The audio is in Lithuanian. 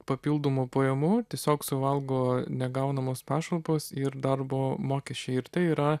papildomų pajamų tiesiog suvalgo ne gaunamos pašalpos ir darbo mokesčiai ir tai yra